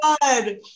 god